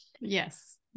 Yes